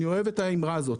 אני אוהב את האימרה הזאת,